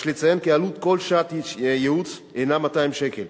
יש לציין כי עלות כל שעת ייעוץ היא 200 שקלים